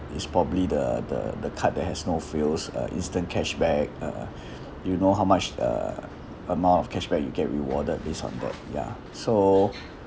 is probably the the the card that has no frills uh instant cashback uh you know how much the amount of cashback you get rewarded based on that ya so